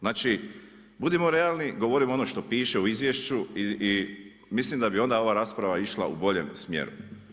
Znači budimo realni govorimo ono što piše u izvješću i mislim da bi onda ova rasprava išla u bolje smjeru.